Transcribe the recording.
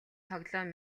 тоглоом